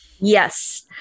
Yes